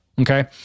Okay